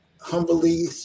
humbly